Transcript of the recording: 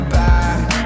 back